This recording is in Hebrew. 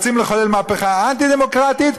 ורוצים לחולל מהפכה אנטי-דמוקרטית,